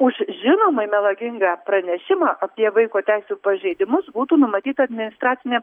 už žinomai melagingą pranešimą apie vaiko teisių pažeidimus būtų numatyta administracinė